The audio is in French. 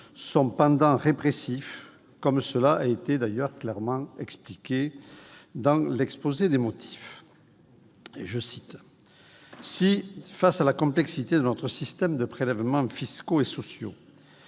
son pendant répressif, comme cela est clairement expliqué dans l'exposé des motifs :« Si, face à la complexité de notre système de prélèvements fiscaux et sociaux,